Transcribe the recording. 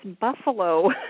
buffalo